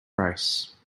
race